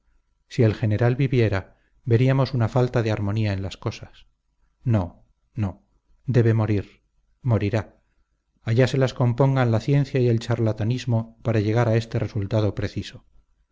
si el general viviera veríamos una falta de armonía en las cosas no no debe morir morirá allá se las compongan la ciencia y el charlatanismo para llegar a este resultado preciso